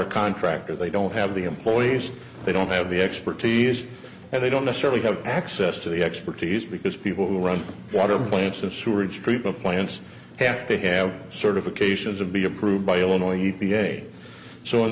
a contractor they don't have the employees they don't have the expertise and they don't necessarily have access to the expertise because people who run water plants of sewerage treatment plants have to have certifications and be approved by illinois u p a so in